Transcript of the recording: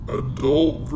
adult